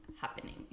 happening